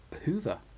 Hoover